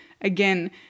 Again